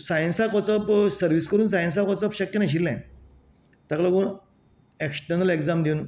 सायन्साक वचप सर्विस करून सायन्साक वचप शक्य नाशिल्ले ताका लागून एक्स्टर्नल एग्जाम दिवन